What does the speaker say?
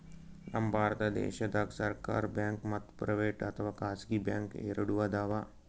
ನಮ್ ಭಾರತ ದೇಶದಾಗ್ ಸರ್ಕಾರ್ ಬ್ಯಾಂಕ್ ಮತ್ತ್ ಪ್ರೈವೇಟ್ ಅಥವಾ ಖಾಸಗಿ ಬ್ಯಾಂಕ್ ಎರಡು ಅದಾವ್